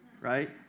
Right